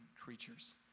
creatures